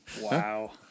Wow